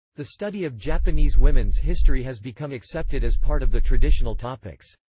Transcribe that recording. the study of japanese women's history has become accepted as part of the traditional topics.